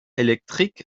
électrique